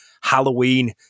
halloween